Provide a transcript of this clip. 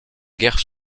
guerre